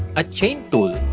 a chain tool